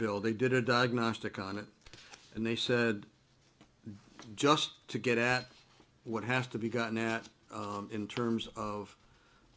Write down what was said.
bill they did a diagnostic on it and they said just to get at what has to be gotten at in terms of